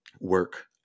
work